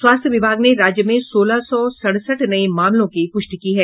स्वास्थ्य विभाग ने राज्य में सोलह सौ सड़सठ नये मामलों की पुष्टि की है